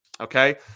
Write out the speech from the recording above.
Okay